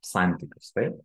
santykius taip